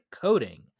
coding